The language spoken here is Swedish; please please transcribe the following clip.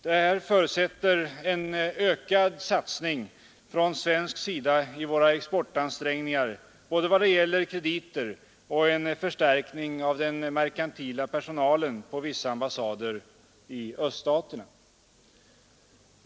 Detta påkallar en ökad satsning från svensk sida i våra exportansträngningar vad det gäller både krediter och en förstärkning av den merkantila personalen på vissa ambassader i öststaterna.